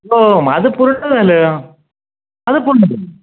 हो हो माझं पूर्ण झालं